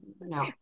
no